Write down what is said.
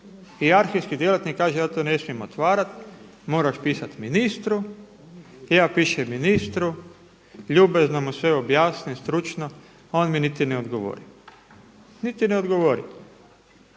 i arhivski djelatnik kaže, ja to ne smijem otvarati moraš pisati ministru. Ja pišem ministru, ljubazno mu sve objasnim, stručno a on mi niti ne odgovori. I enigma